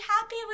happy